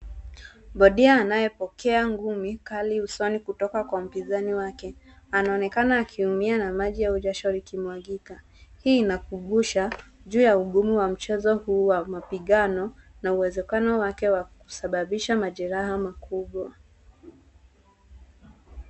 Bodia anayepokea ngumi kali usoni kutoka kwa mpinzani wake, anaonekana akiumia na maji au jasho likimwagika. Hii inakumbusha, juu ya ugumu wa mchezo huu wa mapigano na uwezekano wake wa kusababisha majeraha makubwa.